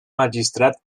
magistrat